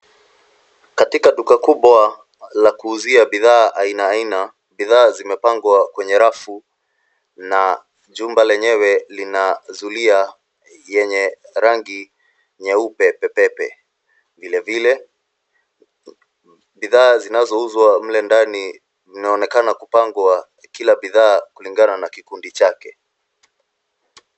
Katika duka kubwa la kuuzia bidhaa aina aina, bidhaa zimepangwa kwenye rafu na jumba lenyewe lina zulia yenye rangi nyeupe pepepe. Vile vile, bidhaa zinazouzwa mle ndani mnaonekana kupangwa kila bidhaa kulingana na kikundi chake.